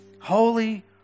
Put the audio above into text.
holy